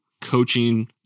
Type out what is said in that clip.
coaching